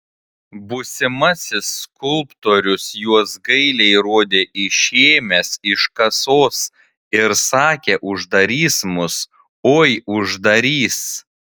būsimasis skulptorius juos gailiai rodė išėmęs iš kasos ir sakė uždarys mus oi uždarys